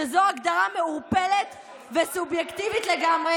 שזו הגדרה מעורפלת וסובייקטיבית לגמרי